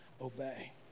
obey